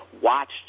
watched